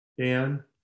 Dan